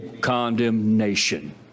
condemnation